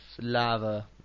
lava